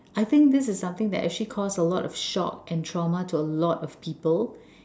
I think this is something that actually caused a lot of shock and trauma to a lot of people